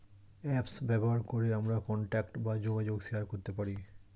apps ব্যবহার করে আমরা কন্টাক্ট বা যোগাযোগ শেয়ার করতে পারি